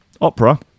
opera